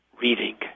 reading